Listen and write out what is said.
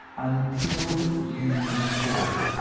until dunes form.